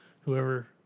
whoever –